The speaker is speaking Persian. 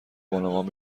بانوان